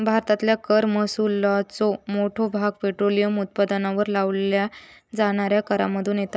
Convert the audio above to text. भारतातल्या कर महसुलाचो मोठो भाग पेट्रोलियम उत्पादनांवर लावल्या जाणाऱ्या करांमधुन येता